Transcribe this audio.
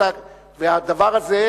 והדבר הזה,